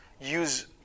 use